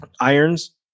irons